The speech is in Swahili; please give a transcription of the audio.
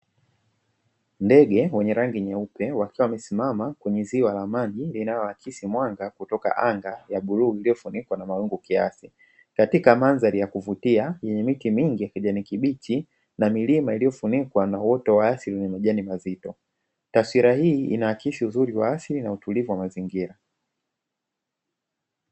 Ndege wenye rangi nyeupe wakiwa wamesimama kwenye ziwa la maji linaloakisi mwanga kutoka anga ya bluu iliyofunikwa na mawingu kiasi, katika mandhari ya kuvutia yenye miti mingi ya kijani kibichi na milima iliyofunikwa na uoto wa asili wenye majani mazito. Taswira hii inahakisi uzuri wa asili na utulivu wa mazingira.